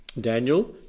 Daniel